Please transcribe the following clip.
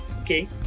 Okay